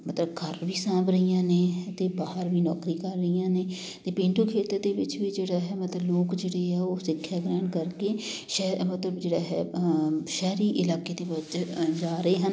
ਮਤਲਵ ਘਰ ਵੀ ਸਾਂਭ ਰਹੀਆਂ ਨੇ ਅਤੇ ਬਾਹਰ ਵੀ ਨੌਕਰੀ ਕਰ ਰਹੀਆਂ ਨੇ ਅਤੇ ਪੇਂਡੂ ਖੇਤਰ ਦੇ ਵਿੱਚ ਵੀ ਜਿਹੜਾ ਹੈ ਮਤਲਬ ਲੋਕ ਜਿਹੜੇ ਆ ਉਹ ਸਿੱਖਿਆ ਗ੍ਰਹਿਣ ਕਰਕੇ ਸ਼ਹਿ ਮਤਲਬ ਜਿਹੜਾ ਹੈ ਸ਼ਹਿਰੀ ਇਲਾਕੇ ਦੇ ਵਿੱਚ ਜਾ ਰਹੇ ਹਨ